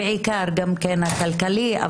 בעיקר הכלכלי,